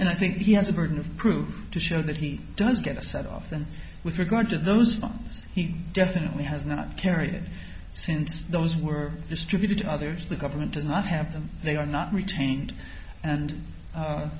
and i think he has a burden of proof to show that he does get a set often with regard to those phones he definitely has not carried since those were distributed to others the government does not have them they are not retained and